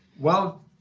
well,